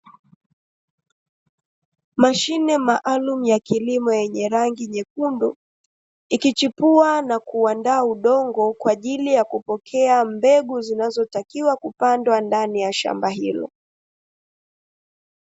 Mashine maalumu ya kilimo yenye rangi nyekundu, ikichipua na kuuandaa udongo kwa ajili ya kupokea mbegu zinazotakiwa kupandwa ndani ya shamba hilo.